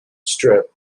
strip